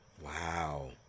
Wow